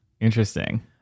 Interesting